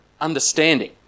understanding